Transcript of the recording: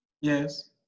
Yes